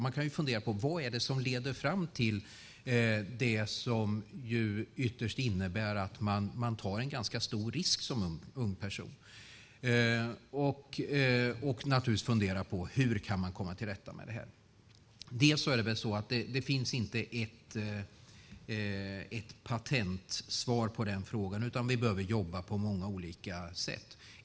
Man kan fundera på vad det är som leder fram till det som ytterst innebär att en ung person tar en ganska stor risk och hur man kan komma till rätta med det. Det finns inte ett patentsvar på den frågan, utan vi behöver jobba på många olika sätt.